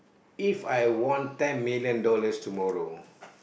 If I want time million dollars tomorrow